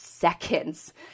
seconds